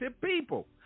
people